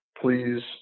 please